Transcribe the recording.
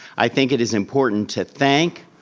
i think it is important to thank,